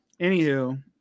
Anywho